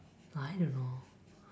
I don't know